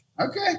Okay